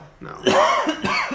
no